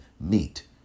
Meet